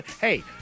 Hey